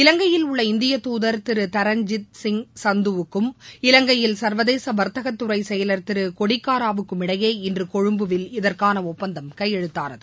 இலங்கையில் உள்ள இந்திய தூதர் திரு தரண்ஜித் சிங் சாந்துவுக்கும் இலங்கையில் சர்வதேச வர்த்தகத்துறை செயலர் திரு கொடிக்காராவுக்குமிடையே இன்று கொழும்புவில் இதற்கான ஒப்பந்தம் கையெழுத்தானது